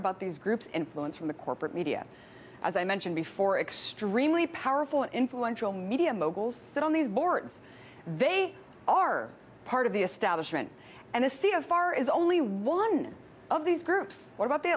about these groups influence from the corporate media as i mentioned before extremely powerful influential media moguls but on these boards they are part of the establishment and the c f r is only one of these groups what about the